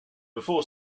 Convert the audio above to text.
before